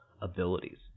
abilities